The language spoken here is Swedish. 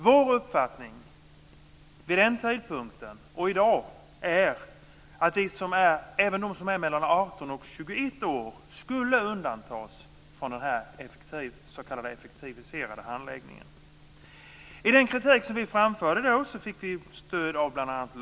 Vår uppfattning vid den tidpunkten och i dag är att även de som är 18-21 år skulle undantas från den s.k. effektiviserade handläggningen. I den kritik som vi framförde då fick vi stöd av bl.a.